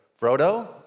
Frodo